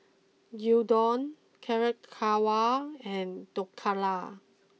Gyudon Carrot Halwa and Dhokla